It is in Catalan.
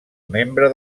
membre